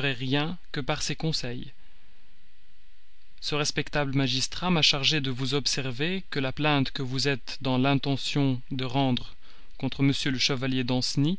rien que par ses conseils ce respectable magistrat m'a chargé de vous observer que la plainte que vous êtes dans l'intention de rendre contre m le chevalier danceny